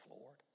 Lord